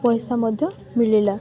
ପଇସା ମଧ୍ୟ ମିଳିଲା